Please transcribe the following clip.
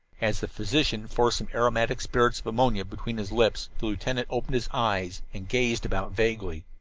as the physician forced some aromatic spirits of ammonia between his lips the lieutenant opened his eyes and gazed about vaguely.